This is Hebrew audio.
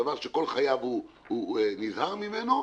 דבר שכל חייו הוא נזהר ממנו,